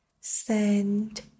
send